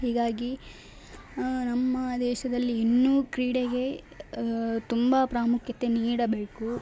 ಹೀಗಾಗಿ ನಮ್ಮ ದೇಶದಲ್ಲಿ ಇನ್ನೂ ಕ್ರೀಡೆಗೆ ತುಂಬ ಪ್ರಾಮುಖ್ಯತೆ ನೀಡಬೇಕು